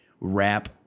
wrap